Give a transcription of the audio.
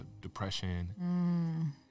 depression